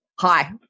hi